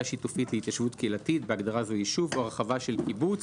שיתופית להתיישבות קהילתית (בהגדרה זו: "יישוב") או הרחבה של קיבוץ,